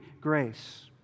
grace